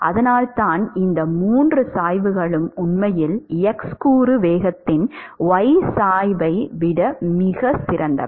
அதனால்தான் இந்த மூன்று சாய்வுகளும் உண்மையில் x கூறு வேகத்தின் y சாய்வை விட மிகச் சிறியவை